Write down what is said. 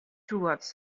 towards